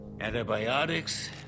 Antibiotics